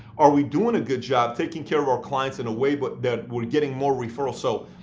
are we doing a good job taking care of our clients in a way but that we're getting more referrals? so,